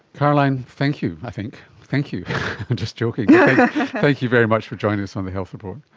carlijn, thank you, i think, thank you. i'm just joking yeah thank you very much for joining us on the health report.